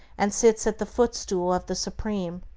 and sits at the footstool of the supreme.